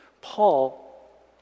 Paul